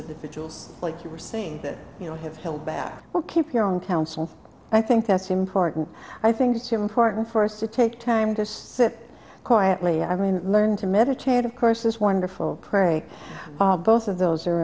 individuals like you are saying that you have held back well keep your own counsel i think that's important i think it's important for us to take time just sit quietly i mean learn to meditate of course this wonderful prarie both of those are